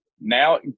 Now